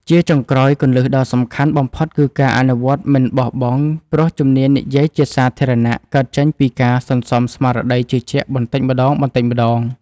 ជាចុងក្រោយ គន្លឹះដ៏សំខាន់បំផុតគឺការអនុវត្តមិនបោះបង់ ព្រោះជំនាញនិយាយជាសាធារណៈកើតចេញពីការសន្សំស្មារតីជឿជាក់បន្តិចម្ដងៗ។